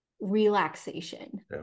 relaxation